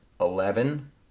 Eleven